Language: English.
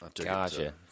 Gotcha